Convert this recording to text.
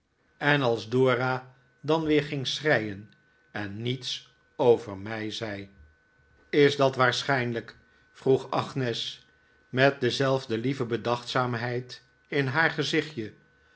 in huis dora dan weer ging schreien en niets over mij zei is dat waarschijnlijk vroeg agnes met dezelfde lieve bedachtzaamheid in haar gezichtje